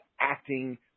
acting